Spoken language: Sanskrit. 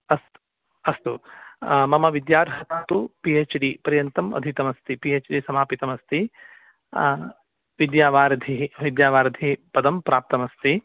अस्तु अस्तु मम विद्यार्हता तु पि एच् डि पर्यन्तम् अधीतमस्ति एच् डि समापितमस्ति विद्यावारिधिः विद्यावारिधिः पदं प्राप्तमस्ति